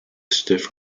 stiff